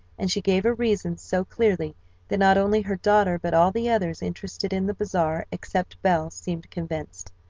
and she gave her reasons so clearly that not only her daughter, but all the others interested in the bazaar, except belle, seemed convinced.